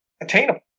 attainable